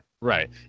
right